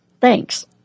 Thanks